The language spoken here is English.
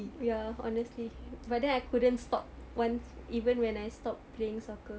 ya honestly but then I couldn't stop once even when I stopped playing soccer